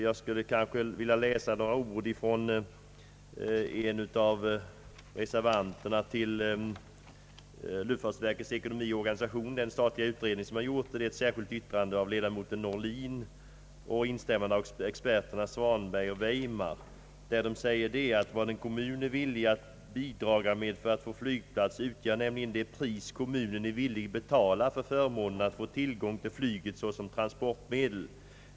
Men ur »Luftfartsverkets ekonomi och organisation», ett betänkande avgivet av 1963 års luftfartsutredning, skulle jag vilja återge några ord ur ett särskilt yttrande av ledamoten Norlin med instämmande av experterna Svanberg och Weimar. De säger: »Vad en kommun är villig bidraga med för att få flygplats utgör nämligen det pris kommunen är villig betala för förmånen att få tillgång till flyget såsom transportmedel.